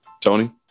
Tony